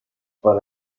per